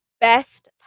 best